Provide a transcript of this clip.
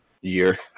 Year